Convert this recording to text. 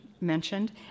mentioned